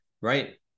Right